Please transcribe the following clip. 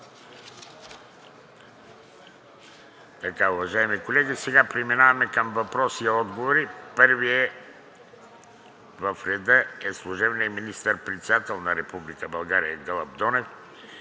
Шилев. Уважаеми колеги, сега преминаваме към въпросите и отговорите. Първи в реда е служебният министър-председател на Република България Гълъб Донев,